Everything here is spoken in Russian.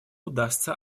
удастся